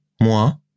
Moi